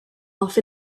off